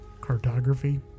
cartography